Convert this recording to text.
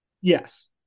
yes